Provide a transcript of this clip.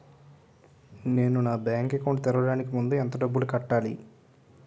నేను నా bank account తెరవడానికి ముందు ఎంత డబ్బులు కట్టాలి?